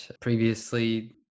previously